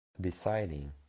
deciding